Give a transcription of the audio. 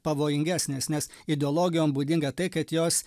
pavojingesnės nes ideologijom būdinga tai kad jos